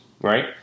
right